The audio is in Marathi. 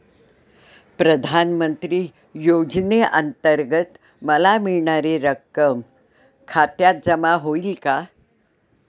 प्रधानमंत्री योजनेअंतर्गत मला मिळणारी रक्कम खात्यात जमा होईल का?